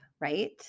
right